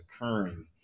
occurring